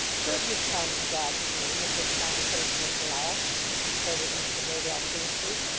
curb your tongue, in god's name, if this conversation is to last retorted mr haredale fiercely.